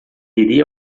iria